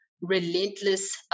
relentless